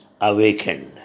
awakened